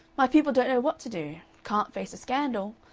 my people don't know what to do. can't face a scandal.